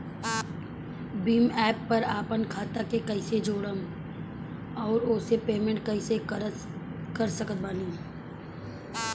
Bhim app पर आपन खाता के कईसे जोड़म आउर ओसे पेमेंट कईसे कर सकत बानी?